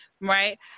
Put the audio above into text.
right